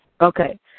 Okay